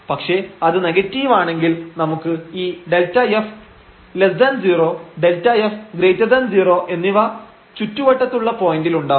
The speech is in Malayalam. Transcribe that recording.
പക്ഷേ അത് നെഗറ്റീവാണെങ്കിൽ നമുക്ക് ഈ Δf 0 Δf 0 എന്നിവ ചുറ്റുവട്ടത്തുള്ള പോയന്റിലുണ്ടാവും